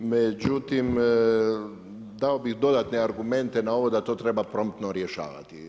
Međutim, dao bih dodatne argumente na ovo da to treba promptno rješavati.